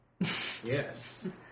Yes